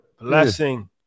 Blessing